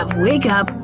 ah wake up!